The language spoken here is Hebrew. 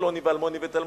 פלוני ואלמוני ופלמוני,